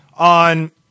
On